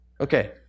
okay